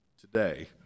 today